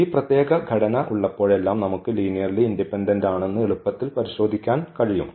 ഈ പ്രത്യേക ഘടന ഉള്ളപ്പോഴെല്ലാം നമുക്ക് ലീനിയർലി ഇൻഡിപെൻഡന്റാണെന്ന് എളുപ്പത്തിൽ പരിശോധിക്കാൻ കഴിയും